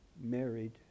married